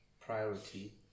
priority